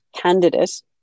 candidate